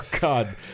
God